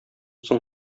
соң